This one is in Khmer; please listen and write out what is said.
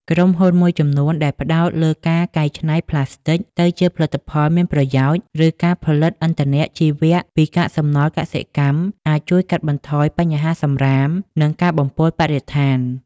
ក្រុមហ៊ុនមួយចំនួនដែលផ្តោតលើការកែច្នៃប្លាស្ទិកទៅជាផលិតផលមានប្រយោជន៍ ឬការផលិតឥន្ធនៈជីវៈពីកាកសំណល់កសិកម្ម អាចជួយកាត់បន្ថយបញ្ហាសំរាម និងការបំពុលបរិស្ថាន។